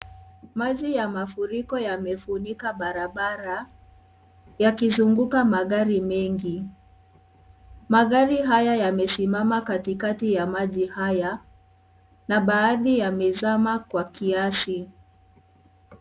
Maji ya mafuriko yamefunika barabara yakizunguka magari mengi. Magari haya yamesimama katikati ya maji haya na baadhi yamezama kwa kiasi.